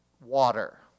water